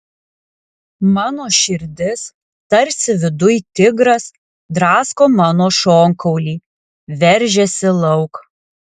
mano širdis tarsi viduj tigras drasko mano šonkaulį veržiasi lauk